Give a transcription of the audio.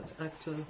Actor